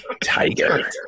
Tiger